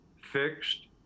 fixed